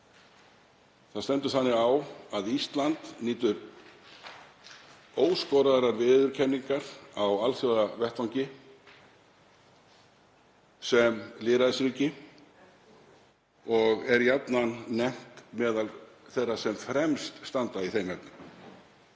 það stendur þannig á að Ísland nýtur óskoraðrar viðurkenningar á alþjóðavettvangi sem lýðræðisríki og er jafnan nefnt meðal þeirra sem fremst standa í þeim efnum.